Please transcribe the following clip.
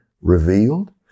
revealed